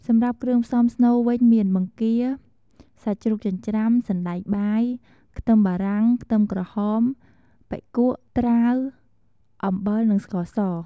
សម្រាប់គ្រឿងផ្សំស្នូលវិញមាន បង្គា សាច់ជ្រូកចិញ្ច្រាំ សណ្តែកបាយ ខ្ទឹមបារាំង ខ្ទឹមក្រហម បុិកួៈ ត្រាវ អំបិល និងស្ករស។